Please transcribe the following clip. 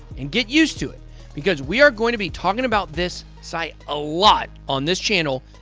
and get used to it because we are going to be talking about this site a lot on this channel,